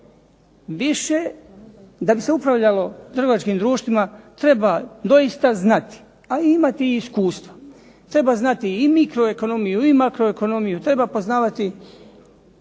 Da bi se upravljalo trgovačkim društvima treba doista znati, ali imati i iskustva. Treba znati i mikroekonomiju i makroekonomiju, treba poznavati